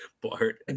Bart